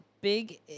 big